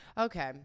Okay